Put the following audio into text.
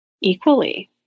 equally